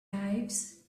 lives